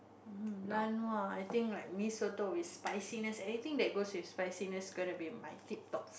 um I think like Mee-Soto with spiciness anything that goes with spiciness going to be my tip top food